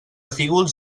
fígols